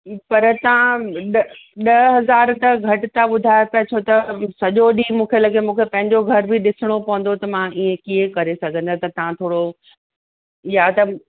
पर तव्हां ॾ ॾह हज़ार त घटि था ॿुधायो पिया छो त सॼो ॾींहुं मूंखे लॻे मूंखे पंहिंजो घर बि ॾिसणो पवंदो त मां ईअं कीअं करे सघंदस त तव्हां थोरो या त